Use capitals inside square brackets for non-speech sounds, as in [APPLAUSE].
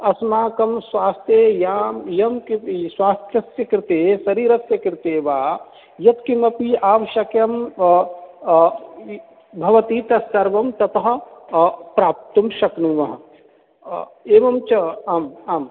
अस्माकं स्वास्थ्ये याम् इयं [UNINTELLIGIBLE] स्वास्थस्य कृते शरीरस्य कृते वा यत् किमपि आवश्यकम् भवति तत् सर्वं ततः प्राप्तुं शक्नुमः एवञ्च आम् आम्